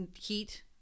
heat